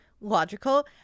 logical